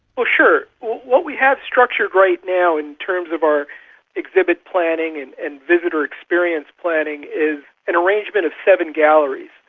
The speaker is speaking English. ah sure. what we have structured right now in terms of our exhibit planning and and visitor experience planning is an arrangement of seven galleries,